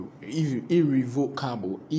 irrevocable